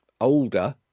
older